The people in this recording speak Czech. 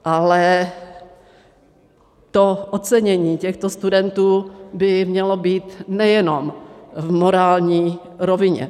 Ale ocenění těchto studentů by mělo být nejenom v morální rovině.